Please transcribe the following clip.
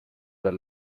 the